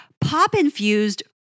pop-infused